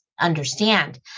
understand